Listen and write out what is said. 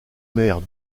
maire